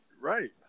Right